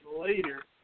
later